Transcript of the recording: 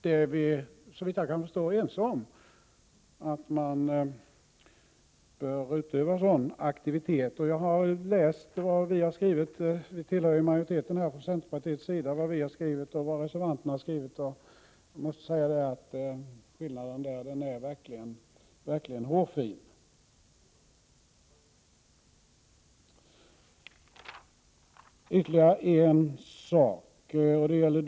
Att man bör utöva sådan aktivitet är vi, såvitt jag kan förstå, ense om. Jag har läst vad vi har skrivit — centern tillhör majoriteten — och vad reservanterna har skrivit, och jag måste säga att skillnaden verkligen är hårfin. Ytterligare en sak vill jag kommentera.